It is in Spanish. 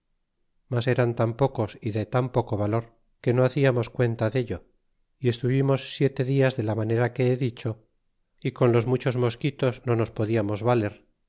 mas eran tan pocos y de tan poco valor que no haciamos cuenta dello y estuvimos siete dias de la manera que he dicho y con los muchos mosquitos no nos podiamos valer